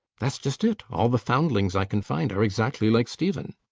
that's just it all the foundlings i can find are exactly like stephen.